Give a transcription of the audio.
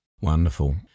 Wonderful